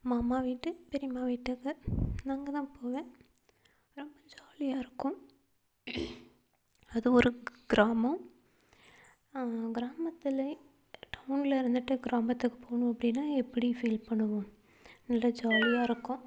மாமா வீட்டு பெரிமா வீட்டுக்கு நான் அங்கே தான் போவேன் ரொம்ப ஜாலியாக இருக்கும் அது ஒரு கிராமம் கிராமத்தில் டௌனில் இருந்துட்டு கிராமத்துக்கு போகணும் அப்படின்னா எப்படி ஃபீல் பண்ணுவோம் நல்ல ஜாலியாக இருக்கும்